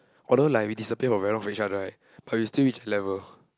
although like we disappear for very long for each other right but we still in level